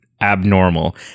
abnormal